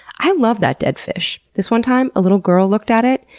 i love that dead fish. this one time, a little girl looked at it,